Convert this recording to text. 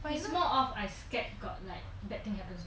but it's more of I scared got like bad thing happens